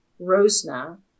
Rosna